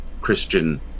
Christian